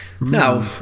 Now